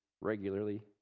regularly